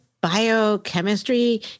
biochemistry